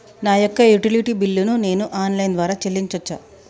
నా యొక్క utility bill ను నేను ఆన్ లైన్ ద్వారా చెల్లించొచ్చా?